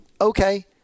Okay